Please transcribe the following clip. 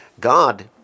God